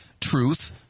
truth